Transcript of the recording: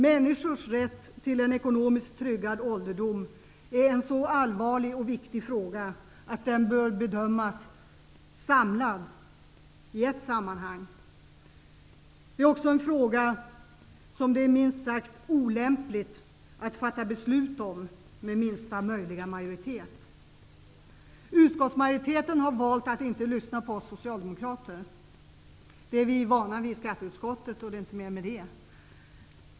Människors rätt till en ekonomiskt tryggad ålderdom är en så allvarlig och viktig fråga att den bör bedömas samlad, i ett sammanhang. Det är också en fråga som det är minst sagt olämpligt att fatta beslut om med minsta möjliga majoritet. Utskottsmajoriteten har valt att inte lyssna på oss socialdemokrater Det är vi socialdemokrater i skatteutskottet vana vid, så det är inte mer med det.